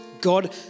God